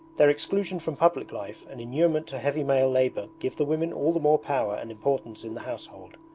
their exclusion from public life and inurement to heavy male labour give the women all the more power and importance in the household.